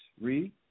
Read